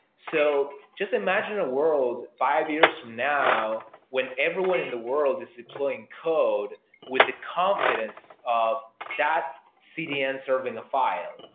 so just imagine a world five years from now when everyone in the world is deploying code with the confidence of that cdn serving a file.